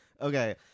Okay